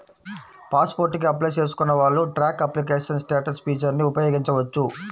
pass port కి apply చేసుకున్న వాళ్ళు ట్రాక్ అప్లికేషన్ స్టేటస్ ఫీచర్ని ఉపయోగించవచ్చు